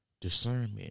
discernment